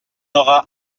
aura